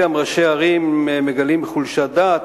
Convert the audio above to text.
גם ראשי הערים מגלים חולשת דעת,